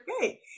Okay